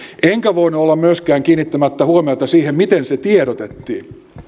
enkä voinut olla myöskään kiinnittämättä huomiota siihen miten siitä tiedotettiin